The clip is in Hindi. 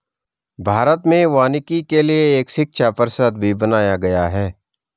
भारत में वानिकी के लिए एक शिक्षा परिषद भी बनाया गया है